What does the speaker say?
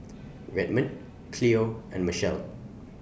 Redmond Cleo and Machelle